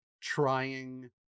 trying